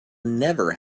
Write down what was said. never